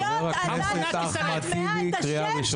חבר הכנסת אחמד טיבי קריאה ראשונה.